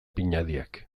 pinadiak